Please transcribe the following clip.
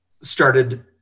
started